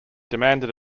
demanded